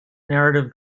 narrative